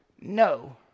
No